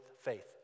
faith